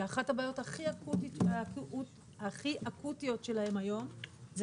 שאחת הבעיות הכי אקוטיות שלהם היום זה